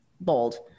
bold